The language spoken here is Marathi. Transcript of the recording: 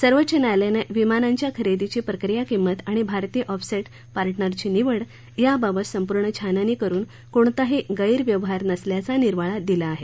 सर्वोच्च न्यायालयानं विमानांच्या खरेदीची प्रक्रिया किंमत आणि भारतीय ऑफसेट पार्टनरची निवड याबाबत संपूर्ण छाननी करून कोणताही गैरव्यवहार नसल्याचा निर्वाळा दिला आहे